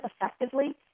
effectively